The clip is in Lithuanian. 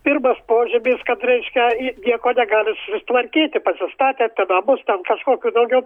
pirmas požymis kad reiškia nieko negali susitvarkyti pasistatę ten namus ten kažkokių daugiau